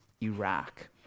Iraq